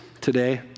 today